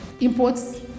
imports